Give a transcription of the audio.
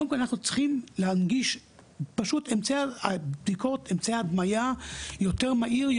קודם כל אנחנו צריכים להנגיש אמצעי הדמיה יותר מהירים,